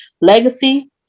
Legacy